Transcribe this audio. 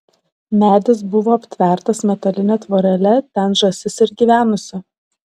medis buvo aptvertas metaline tvorele ten žąsis ir gyvenusi